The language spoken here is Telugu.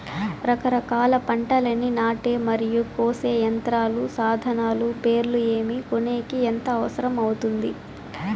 రకరకాల పంటలని నాటే మరియు కోసే యంత్రాలు, సాధనాలు పేర్లు ఏమి, కొనేకి ఎంత అవసరం అవుతుంది?